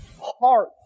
heart